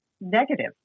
negative